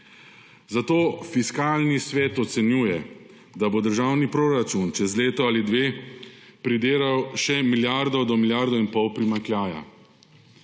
zato Fiskalni svet ocenjuje, da bo državni proračun čez leto ali dve pridelal še milijardo do milijarde in pol primanjkljaja.